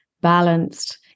balanced